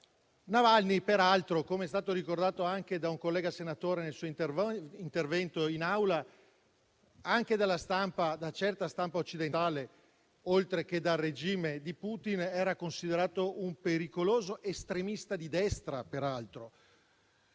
Navalny, peraltro - com'è stato ricordato anche da un collega senatore nel suo intervento in Aula - anche da certa stampa occidentale, oltre che dal regime di Putin, era considerato un pericoloso estremista di destra. In realtà,